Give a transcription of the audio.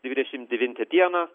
dvidešim devintą dieną